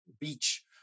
beach